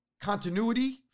continuity